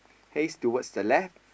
hays towards the left